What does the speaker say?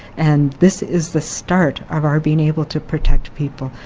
and this is the start of our being able to protect people,